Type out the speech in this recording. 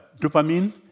dopamine